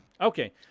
Okay